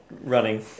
running